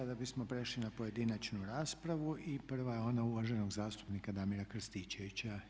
Sada bismo prešli na pojedinačnu raspravu i prva je ona uvaženog zastupnika Damira Krstičevića.